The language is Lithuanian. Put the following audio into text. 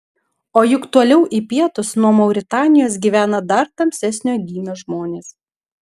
o juk toliau į pietus nuo mauritanijos gyvena dar tamsesnio gymio žmonės